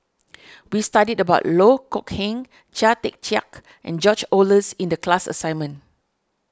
we studied about Loh Kok Heng Chia Tee Chiak and George Oehlers in the class assignment